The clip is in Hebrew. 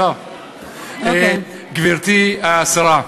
גברתי השרה,